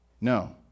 No